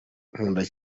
nkunda